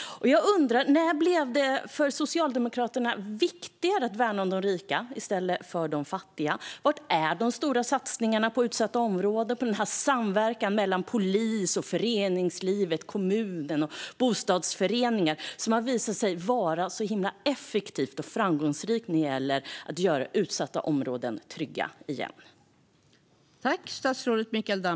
Jag undrar: När blev det viktigare för Socialdemokraterna att värna om de rika i stället för de fattiga? Var är de stora satsningarna på utsatta områden och på den samverkan mellan polis, föreningsliv, kommuner och bostadsföreningar som har visat sig vara effektiv och framgångsrik när det gäller att göra utsatta områden trygga igen?